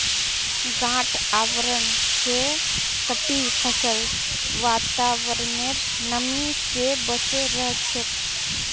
गांठ आवरण स कटी फसल वातावरनेर नमी स बचे रह छेक